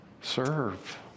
Serve